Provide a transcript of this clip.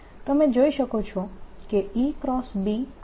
તમે જોઈ શકો છો કે EB એ મને તરંગની દિશા આપે છે